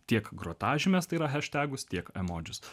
tiek grotažymes tai yra haštagus tiek emodžius